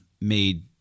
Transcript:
made